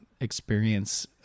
experience